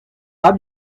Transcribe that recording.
pas